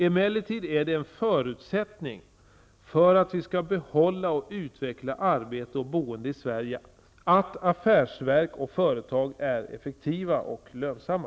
Emellertid är det en förutsättning för att vi skall behålla och utveckla arbete och boende i Sverige att affärsverk och företag är effektiva och lönsamma.